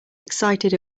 excited